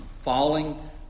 falling